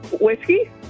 Whiskey